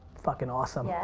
fucking awesome. yeah